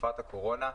בתקופת הקורונה,